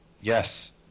Yes